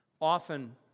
often